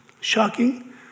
shocking